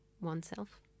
oneself